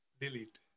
Delete